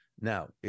Now